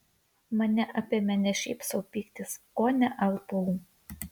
mane apėmė ne šiaip sau pyktis kone alpau